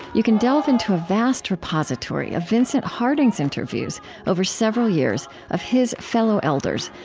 you can delve into a vast repository of vincent harding's interviews over several years of his fellow elders,